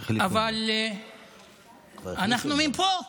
אבל אנחנו מפה.